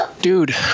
dude